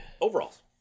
overalls